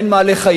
אין מה לחייך,